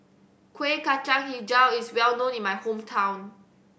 Kueh Kacang Hijau is well known in my hometown